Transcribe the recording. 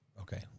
Okay